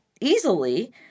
easily